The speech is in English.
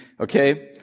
okay